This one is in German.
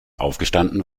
aufgestanden